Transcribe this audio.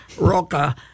Roca